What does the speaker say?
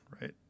right